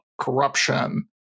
corruption